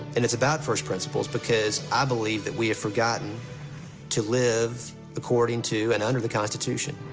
and it's about first principles because i believe that we have forgotten to live according to and under the constitution.